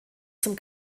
zum